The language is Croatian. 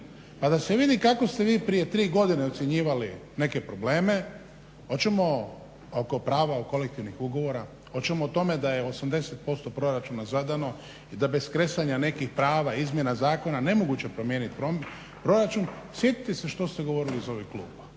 Pa da se vidi kako ste vi prije 3 godine ocjenjivali neke probleme, oćemo oko prava o kolektivnih ugovora, oćemo o tome da je 80% proračuna zadano i da bez kresanja nekih prava, izmjena zakona nemoguće promijeniti proračun, sjetite se što ste govorili iz ovih klupa.